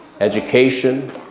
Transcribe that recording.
education